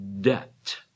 debt